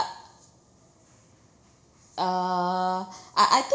err I I think